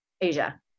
Asia